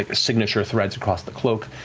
ah signature threads across the cloak,